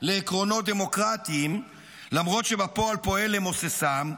לעקרונות דמוקרטיים, למרות שבפועל פועל למוססם,